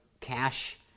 cash